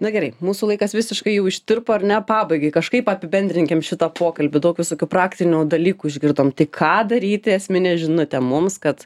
na gerai mūsų laikas visiškai jau ištirpo ar ne pabaigai kažkaip apibendrinkim šitą pokalbį daug visokių praktinių dalykų išgirdom tai ką daryti esminę žinutę mums kad